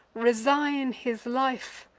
resign his life,